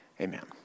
Amen